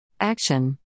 Action